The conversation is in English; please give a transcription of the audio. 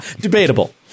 debatable